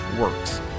works